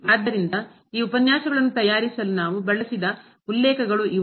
ಆದ್ದರಿಂದ ಈ ಉಪನ್ಯಾಸಗಳನ್ನು ತಯಾರಿಸಲು ನಾವು ಬಳಸಿದ ಉಲ್ಲೇಖಗಳು ಇವು